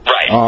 Right